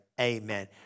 Amen